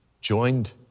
joined